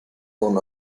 own